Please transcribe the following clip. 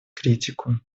критику